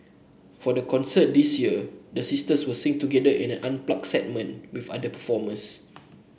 for the concert this year the sisters will sing together in an unplugged segment with other performers